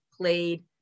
played